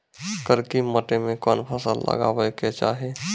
करकी माटी मे कोन फ़सल लगाबै के चाही?